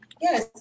Yes